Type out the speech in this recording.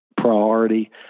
priority